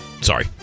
Sorry